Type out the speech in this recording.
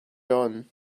dawn